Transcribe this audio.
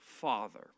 Father